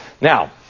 Now